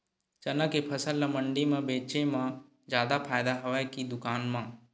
चना के फसल ल मंडी म बेचे म जादा फ़ायदा हवय के दुकान म?